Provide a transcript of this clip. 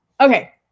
Okay